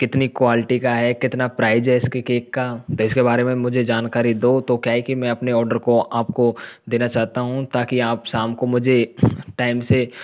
कितनी क्वालिटी का है कितना प्राइज है इसके केक का तो इसके बारे में मुझे जानकारी दो तो क्या है कि मैं अपने ऑर्डर को आपको देना चाहता हूँ ताकि आप शाम को मुझे टाइम से